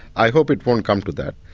i hope it won't come to that,